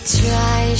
try